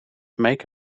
make